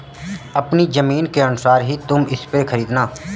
अपनी जमीन के अनुसार ही तुम स्प्रेयर खरीदना